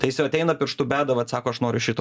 tai jis jau ateina pirštu beda vat sako aš noriu šito